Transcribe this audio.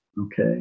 Okay